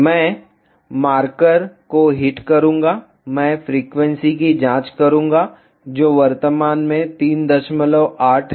मैं मार्कर को हिट करूंगा मैं फ्रीक्वेंसी की जांच करूंगा जो वर्तमान में 38 है